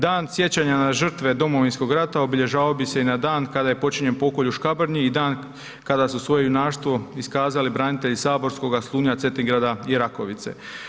Dan sjećanja na žrtve Domovinskog rata obilježavao bi se i na dan kada je počinjen pokolj u Škabrnji i dan kada su svoje junaštvo iskazali branitelji Saborskoga, Slunja, Cetingrada i Rakovice.